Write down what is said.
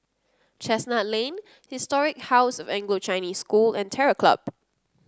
Chestnut Lane Historic House of Anglo Chinese School and Terror Club